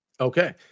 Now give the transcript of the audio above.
Okay